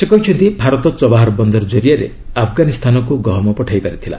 ସେ କହିଛନ୍ତି ଭାରତ ଚବାହର ବନ୍ଦର ଜରିଆରେ ଆଫଗାନିସ୍ତାନକୁ ଗହମ ପଠାଇ ପାରିଥିଲା